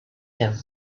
him